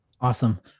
Awesome